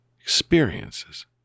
...experiences